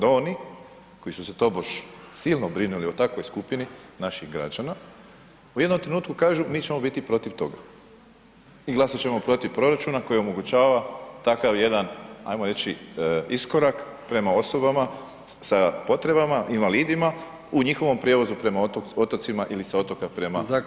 Oni koji su se tobože silno brinuli o takvoj skupini naših građana, u jednom trenutku kažu, mi ćemo biti protiv toga i glasat ćemo protiv proračuna koji omogućava takav jedan, hajmo reći iskorak prema osobama sa potrebama, invalidima, u njihovom prijevozu prema otocima ili sa otoka prema kopnu.